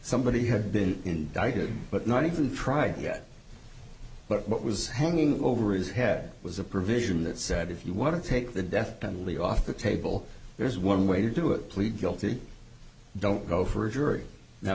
somebody had been indicted but not even tried yet but what was hanging over his head was a provision that said if you want to take the death penalty off the table there's one way to do it plead guilty don't go for a jury now